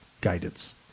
guidance